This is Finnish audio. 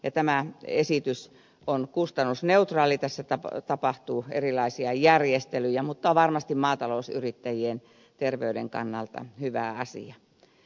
tämä esitys on kustannusneutraali tässä tapahtuu erilaisia järjestelyjä mutta tämä on varmasti maatalousyrittäjien terveyden kannalta hyvä asia